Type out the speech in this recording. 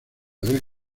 del